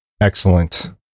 excellent